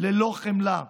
ללא חמלה.